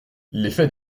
l’effet